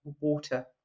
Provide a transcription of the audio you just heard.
water